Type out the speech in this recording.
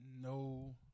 no